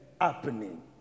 happening